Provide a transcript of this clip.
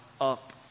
up